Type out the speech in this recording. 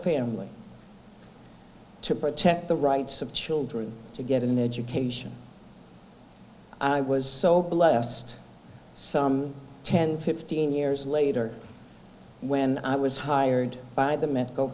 family to protect the rights of children to get an education i was so blessed ten fifteen years later when i was hired by the mint go